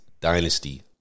Dynasty